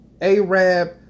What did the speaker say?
Arab